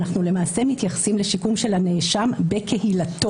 אנחנו למעשה מתייחסים לשיקום של הנאשם בקהילתו,